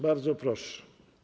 Bardzo proszę.